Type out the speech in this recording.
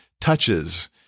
touches